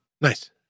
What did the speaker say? Nice